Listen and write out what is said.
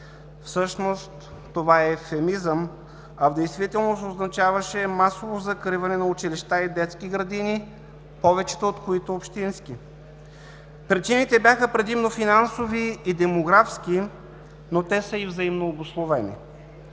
Всъщност това е евфемизъм, а в действителност означаваше масово закриване на училища и детски градини, повечето от които общински. Причините бяха предимно финансови и демографски, но те са и взаимно обусловени.